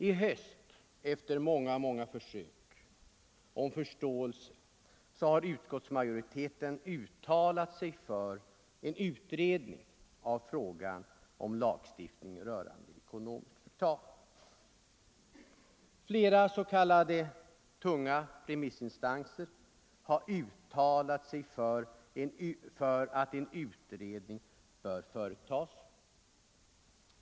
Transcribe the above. I höst har utskottsmajoriteten — efter många försök att vinna förståelse för detta problem =— uttalat sig för en utredning av frågan Flera s.k. tunga remissinstanser har uttalat sig för att en utredning bör företagas.